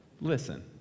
listen